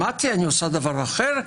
שמעתי, אני עושה דבר אחר.